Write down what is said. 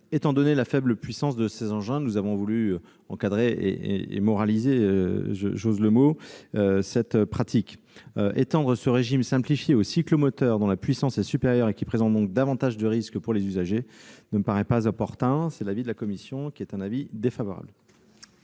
étant donné la faible puissance de ces engins. Nous avons voulu encadrer et moraliser- j'ose le mot -cette pratique. Étendre ce régime simplifié aux cyclomoteurs, dont la puissance est supérieure et qui présentent donc davantage de risques pour les usagers, ne me paraît pas opportun. Par conséquent, la commission émet un avis défavorable